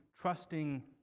trusting